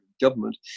government